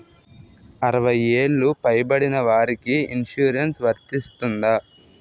అరవై ఏళ్లు పై పడిన వారికి ఇన్సురెన్స్ వర్తిస్తుందా?